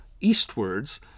eastwards